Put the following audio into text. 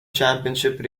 championship